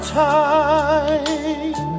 time